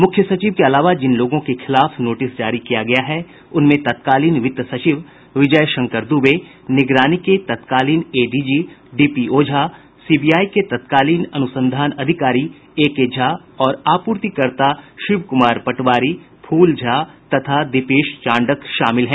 मुख्य सचिव के अलावा जिन लोगों के खिलाफ नोटिस जारी किया गया है उनमें तत्कालीन वित्त सचिव विजय शंकर दूबे निगरानी के तत्कालीन एडीजी डीपी ओझा सीबीआई के तत्कालीन अनुसंधान अधिकारी एकेझा और आपूर्तिकर्ता शिवकुमार पटवारी फूल झा और दीपेश चांडक शामिल हैं